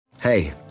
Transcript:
Hey